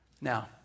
Now